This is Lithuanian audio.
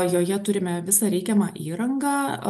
joje turime visą reikiamą įrangą